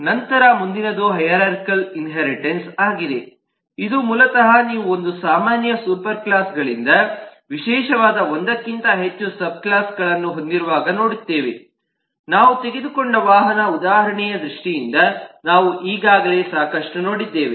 ನಂತರ ಮುಂದಿನದು hierarchical inheritance ಆಗಿದೆ ಇದು ಮೂಲತಃ ನೀವು ಒಂದು ಸಾಮಾನ್ಯ ಸೂಪರ್ ಕ್ಲಾಸ್ಗಳಿಂದ ವಿಶೇಷವಾದ ಒಂದಕ್ಕಿಂತ ಹೆಚ್ಚು ಸಬ್ ಕ್ಲಾಸ್ಗಳನ್ನು ಹೊಂದಿರುವಾಗ ನೋಡುತ್ತೇವೆ ನಾವು ತೆಗೆದುಕೊಂಡ ವಾಹನ ಉದಾಹರಣೆಯ ದೃಷ್ಟಿಯಿಂದ ನಾವು ಈಗಾಗಲೇ ಸಾಕಷ್ಟು ನೋಡಿದ್ದೇವೆ